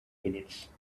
minutes